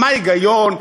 מה ההיגיון?